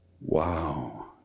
Wow